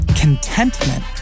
Contentment